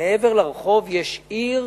מעבר לרחוב יש עיר